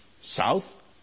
south